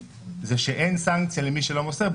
זה שאין סנקציה למי שלא מוסר,